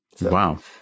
Wow